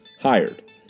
Hired